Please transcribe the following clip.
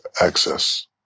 access